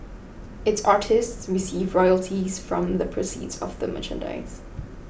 its artists receive royalties from the proceeds of the merchandise